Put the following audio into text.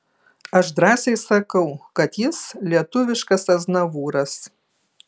aš drąsiai sakau kad jis lietuviškas aznavūras